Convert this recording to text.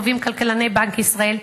קובעים כלכלני בנק ישראל,